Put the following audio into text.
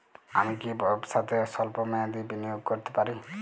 আমি কি ব্যবসাতে স্বল্প মেয়াদি বিনিয়োগ করতে পারি?